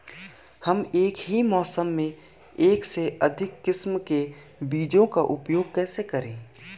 हम एक ही मौसम में एक से अधिक किस्म के बीजों का उपयोग कैसे करेंगे?